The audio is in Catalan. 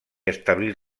establir